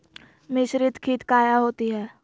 मिसरीत खित काया होती है?